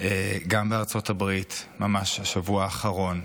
גם בארצות הברית, ממש בשבוע האחרון,